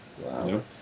Wow